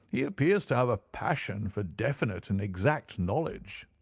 he appears to have a passion for definite and exact knowledge.